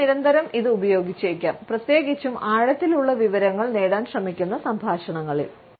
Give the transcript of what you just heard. ഞാൻ നിരന്തരം ഇത് ഉപയോഗിച്ചേക്കാം പ്രത്യേകിച്ചും ആഴത്തിലുള്ള വിവരങ്ങൾ നേടാൻ ശ്രമിക്കുന്ന സംഭാഷണങ്ങളിൽ